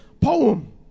poem